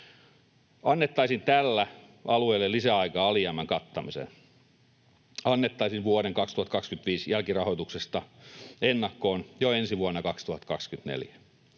Annettaisiin tällä alueille lisäaikaa alijäämän kattamiseen. Annettaisiin vuoden 2025 jälkirahoituksesta ennakkoon jo ensi vuonna 2024.